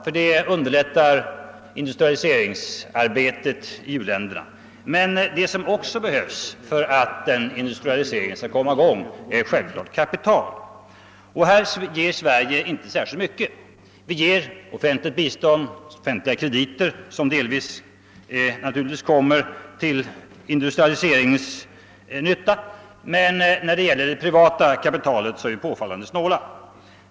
Allt detta är bra, men vad som också behövs för att industrialisering skall kunna komma i gång är självfallet kapital. Här gör Sverige inte särskilt mycket. Vi lämnar offentliga krediter som naturligtvis del vis är till nytta för industrialiseringen, men när det gäller privat kapital är vi påfallande snåla.